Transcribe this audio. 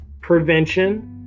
Prevention